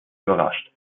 überrascht